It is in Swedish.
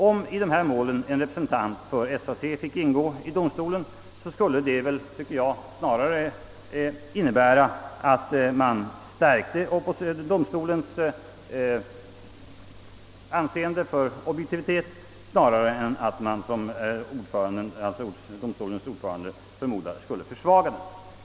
Om i dessa mål en representant för SAC finge ingå i domstolen, skulle det väl snarare innebära att man stärkte domstolens anseende för objektivitet än att man, som domstolens ordförande förmodar, skulle försvaga det.